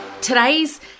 Today's